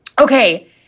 Okay